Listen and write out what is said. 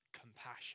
compassion